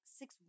six